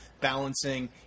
balancing